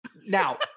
Now